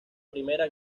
primera